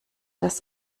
das